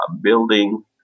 building